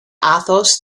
athos